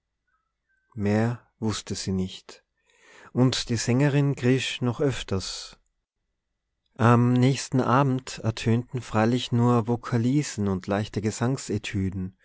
mehr wußte sie nicht und die sängerin krisch noch öfters am nächsten abend ertönten freilich nur vokalisen und leichte